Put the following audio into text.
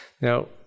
Now